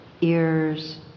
ears